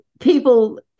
People